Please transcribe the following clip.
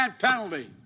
penalty